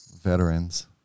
veterans